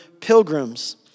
pilgrims